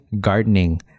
gardening